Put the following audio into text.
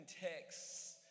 texts